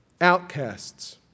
Outcasts